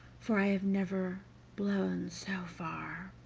for i have never blown so far